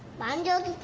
mangoes